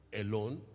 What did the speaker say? alone